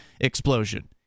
explosion